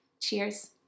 Cheers